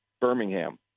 Birmingham